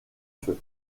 feu